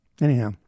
Anyhow